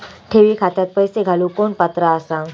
ठेवी खात्यात पैसे घालूक कोण पात्र आसा?